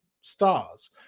stars